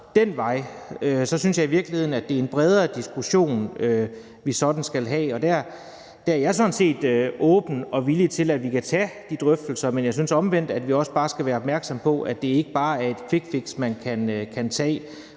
den vej, synes jeg i virkeligheden, at det er en bredere diskussion, vi sådan skal have. Der er jeg sådan set åben for og villig til, at vi kan tage de drøftelser, men jeg synes omvendt, at vi også bare skal være opmærksomme på, at det ikke bare er et quickfix, man kan tage.